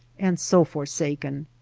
and so forsaken!